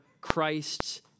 Christ's